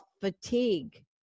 fatigue